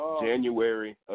January